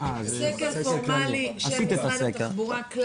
פורמלי כלל-ארצי של משרד התחבורה.